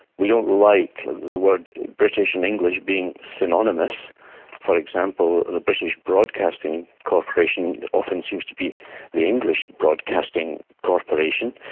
we don't like the words british and english being synonymous for example, and the british broadcasting corporation often seems to be the english broadcasting corporation.